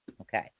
Okay